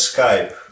Skype